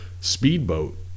speedboat